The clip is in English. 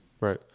right